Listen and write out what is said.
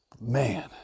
Man